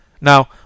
Now